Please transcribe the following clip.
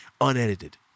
Unedited